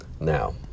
Now